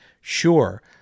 sure